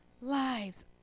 lives